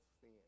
sin